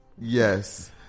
Yes